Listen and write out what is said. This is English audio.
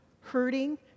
hurting